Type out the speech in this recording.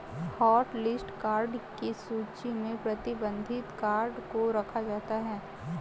hotlist card की सूची में प्रतिबंधित कार्ड को रखा जाता है